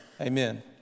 Amen